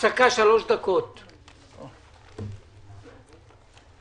הפסקה שלוש דקות ועוברים לנושא הבא.